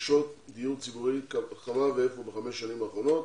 רכישות דיור ציבורי, כמה ואיפה ב-5 שנים האחרונות.